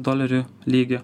dolerių lygį